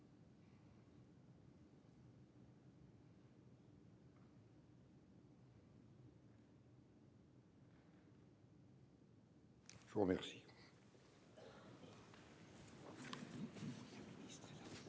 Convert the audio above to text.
Je veux remercier